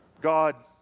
God